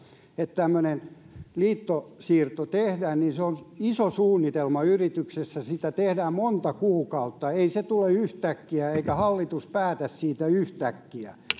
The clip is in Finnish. että tämmöinen liittosiirto tehdään se on iso suunnitelma yrityksessä sitä tehdään monta kuukautta ei se tule yhtäkkiä eikä hallitus päätä siitä yhtäkkiä